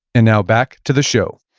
and now, back to the show.